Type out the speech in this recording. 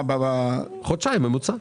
חודשיים ממוצע.